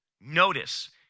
Notice